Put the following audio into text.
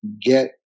get